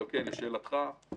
ולשאלתך,